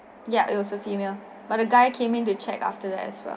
ya it was a female but a guy came in to check after that as well